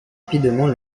rapidement